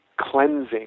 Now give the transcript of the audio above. cleansing